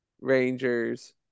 Rangers